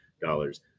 dollars